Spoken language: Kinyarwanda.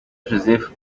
joseph